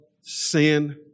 sin